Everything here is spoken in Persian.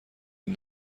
این